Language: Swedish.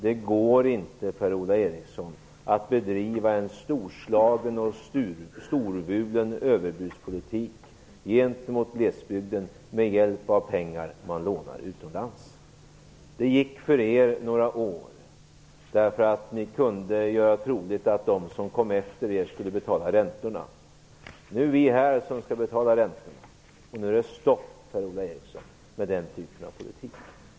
Det går inte, Per-Ola Eriksson, att bedriva en storslagen och storvulen överbudspolitik gentemot glesbygden med hjälp av pengar man lånar utomlands. Det gick för er några år därför att ni kunde göra det troligt att de som kom efter er skulle betala räntorna. Nu är vi här som skall betala räntorna. Nu är det stopp, Per-Ola Eriksson, med den typen av politik.